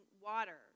water